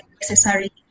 necessary